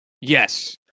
yes